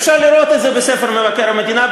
אפשר לראות את זה בספר מבקר המדינה,